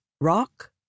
Rock